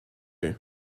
what